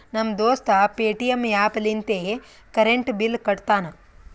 ನಮ್ ದೋಸ್ತ Paytm app ಲಿಂತೆ ಕರೆಂಟ್ ಬಿಲ್ ಕಟ್ಟತಾನ್